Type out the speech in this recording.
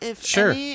Sure